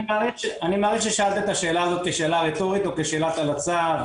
אני מעריך ששאלת את השאלה זאת כשאלה רטורית או שאלת הלצה.